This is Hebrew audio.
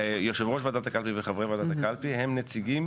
יושב ראש ועדת הקלפי וחברי ועדת הקלפי הם נציגים